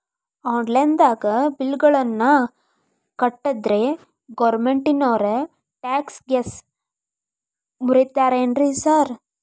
Online ದಾಗ bill ಗಳನ್ನಾ ಕಟ್ಟದ್ರೆ ಗೋರ್ಮೆಂಟಿನೋರ್ ಟ್ಯಾಕ್ಸ್ ಗೇಸ್ ಮುರೇತಾರೆನ್ರಿ ಸಾರ್?